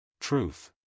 Truth